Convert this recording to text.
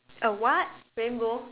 a what rainbow